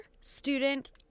student